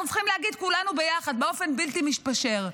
צריכים להגיד כולנו ביחד באופן בלתי מתפשר: